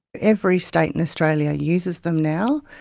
every state in australia uses them now.